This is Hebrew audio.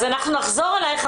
אז אנחנו נחזור אליך,